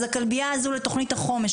אז הכלבייה הזו לתוכנית החומש,